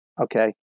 okay